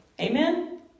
Amen